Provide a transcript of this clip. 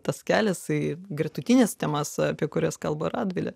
tas kelias į gretutines temas apie kurias kalba radvilė